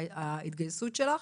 ההתגייסות שלך